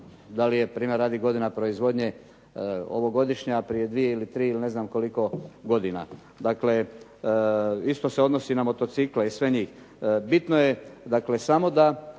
se ne razumije./… godina proizvodnje ovogodišnja, prije dvije ili tri ili ne znam koliko godina. Dakle isto se donosi na motocikle i sve njih. Bitno je samo da